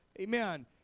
Amen